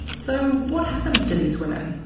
so what happens to these women?